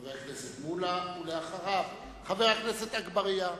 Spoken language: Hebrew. חבר הכנסת מולה, ואחריו, חבר הכנסת אגבאריה.